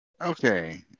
Okay